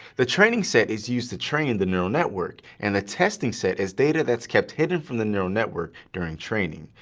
the training set is used to train the neural network. and the testing set is data that's kept hidden from the neural network during training,